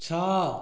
ଛଅ